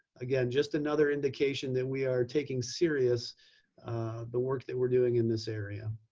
again, just another indication that we are taking serious the work that we're doing in this area.